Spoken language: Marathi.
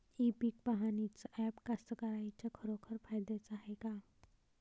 इ पीक पहानीचं ॲप कास्तकाराइच्या खरोखर फायद्याचं हाये का?